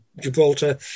Gibraltar